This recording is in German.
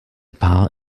paar